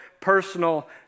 personal